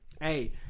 Hey